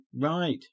Right